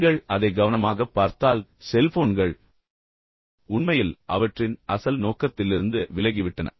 நீங்கள் அதை கவனமாகப் பார்த்தால் செல்போன்கள் உண்மையில் அவற்றின் அசல் நோக்கத்திலிருந்து விலகிவிட்டன